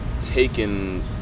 taken